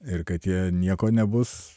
ir kad jie nieko nebus